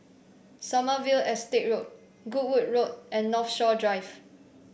Sommerville Estate Road Goodwood Road and Northshore Drive